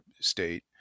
state